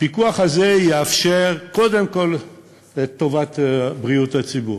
הפיקוח הזה יאפשר קודם כול את טובת בריאות הציבור.